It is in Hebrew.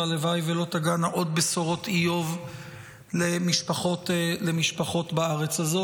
והלוואי שלא תגענה עוד בשורות איוב למשפחות בארץ הזאת.